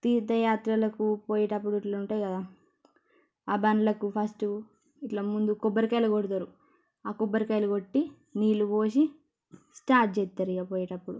తీర్థయాత్రలకు పోయేటప్పుడు ఇట్ల ఉంటాయి కదా ఆ బండ్లకు ఫస్టు ఇట్లా ముందు కొబ్బరికాయలు కొడతారు ఆ కొబ్బరికాయలు కొట్టి నీళ్ళు పోసి స్టార్ట్ చెత్తారు ఇక పోయేటప్పుడు